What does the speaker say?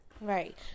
right